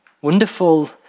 Wonderful